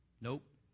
Nope